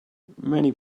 many